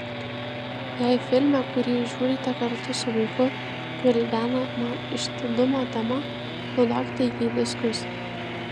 jei filme kurį žiūrite kartu su vaiku gvildenama išdidumo tema panaudokite jį diskusijai